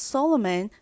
Solomon